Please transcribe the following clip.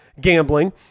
Gambling